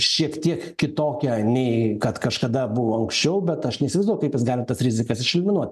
šiek tiek kitokia nei kad kažkada buvo aukščiau bet aš neįsivaizduoju kaip jis gali tas rizikas išeliminuot